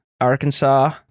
Arkansas